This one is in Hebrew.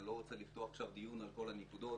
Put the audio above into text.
אני לא רוצה לפתוח עכשיו דיון על כל הנקודות,